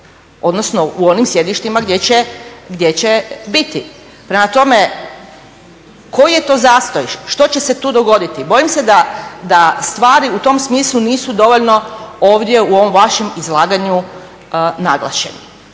odnosno u onim sjedištima gdje će biti. Prema tome, koji je to zastoj, što će se tu dogoditi. Bojim se da stvari u tom smislu nisu dovoljno ovdje u ovom vašem izlaganju naglašeni